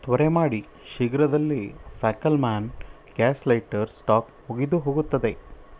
ತ್ವರೆ ಮಾಡಿ ಶೀಘ್ರದಲ್ಲೇ ಫ್ಯಾಕಲ್ಮಾನ್ನ್ ಗ್ಯಾಸ್ ಲೈಟರ್ ಸ್ಟಾಕ್ ಮುಗಿದು ಹೋಗುತ್ತದೆ